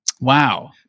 Wow